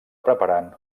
preparant